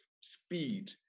speed